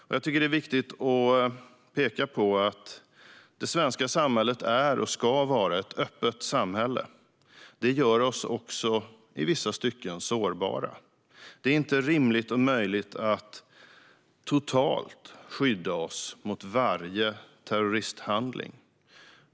Jag tycker att det är viktigt att peka på att det svenska samhället är, och ska vara, ett öppet samhälle. Detta gör oss också i vissa stycken sårbara. Det är inte rimligt eller möjligt att fullständigt skydda oss mot varje terroristhandling.